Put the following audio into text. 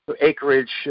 acreage